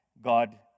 God